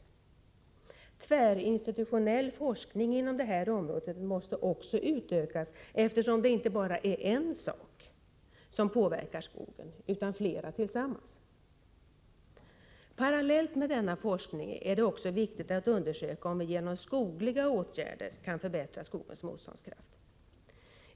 Den tvärinstitutionella forskningen på det här området måste också utökas, eftersom det inte bara är en faktor som påverkar skogen utan flera faktorer tillsammans. Parallellt med denna forskning är det också viktigt att undersöka om vi genom skogliga åtgärder kan förbättra skogens motståndskraft.